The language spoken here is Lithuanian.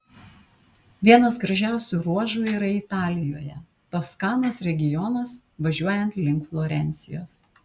vienas gražiausių ruožų yra italijoje toskanos regionas važiuojant link florencijos